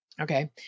Okay